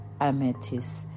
Amethyst